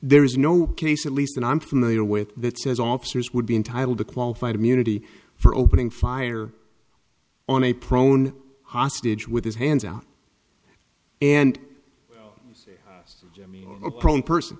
there is no case at least that i'm familiar with that says officers would be entitled to qualified immunity for opening fire on a prone hostage with his hands out and person